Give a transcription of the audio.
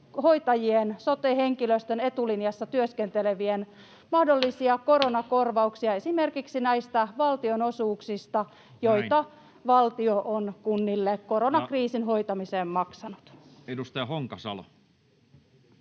hoitajien, sote-henkilöstön, etulinjassa työskentelevien, mahdollisia koronakorvauksia esimerkiksi näistä valtionosuuksista, [Puhemies: Aika!] joita valtio on kunnille koronakriisin hoitamiseen maksanut. [Speech 95]